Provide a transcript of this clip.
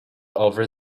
over